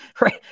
Right